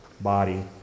body